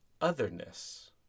otherness